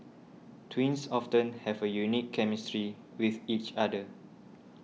twins often have a unique chemistry with each other